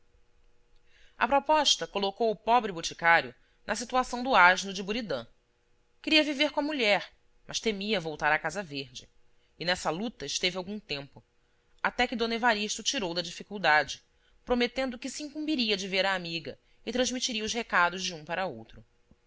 a proposta colocou o pobre boticário na situação do asno de buridan queria viver com a mulher mas temia voltar à casa verde e nessa luta esteve algum tempo até que d evarista o tirou da dificuldade prometendo que se incumbiria de ver a amiga e transmitiria os recados de um para outro